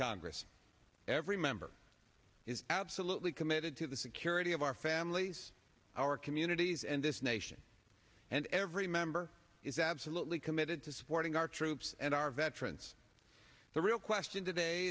congress every member is absolutely committed to the security of our families our communities and this nation and every member is absolutely committed to supporting our troops and our veterans the real question today